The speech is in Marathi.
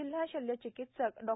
जिल्हा शल्यचिकित्सक डॉ